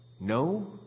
No